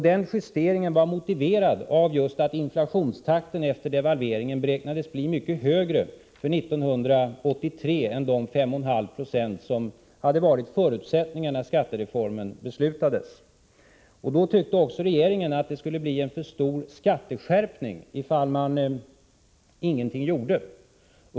Denna justering var motiverad av att inflationstakten efter devalveringen beräknades bli mycket högre för 1983 än de 5 1/2 90 som hade angivits som en förutsättning när skattereformen beslutades. Då tyckte också regeringen att skatteskärpningen skulle bli alltför stor om ingen justering gjordes.